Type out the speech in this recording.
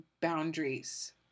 boundaries